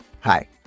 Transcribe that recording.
Hi